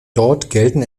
gelten